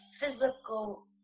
physical